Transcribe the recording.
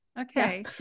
okay